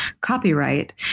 copyright